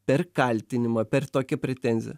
per kaltinimą per tokią pretenziją